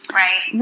right